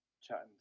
chatting